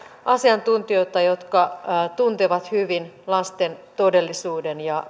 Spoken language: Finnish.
asiantuntijoita jotka tuntevat hyvin lasten todellisuuden päivähoidon ja